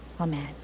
Amen